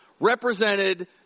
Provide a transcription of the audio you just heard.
represented